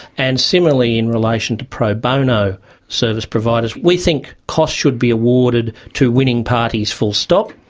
and similarly in relation to pro bono service providers, we think costs should be awarded to winning parties, full stop,